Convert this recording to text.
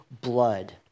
blood